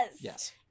Yes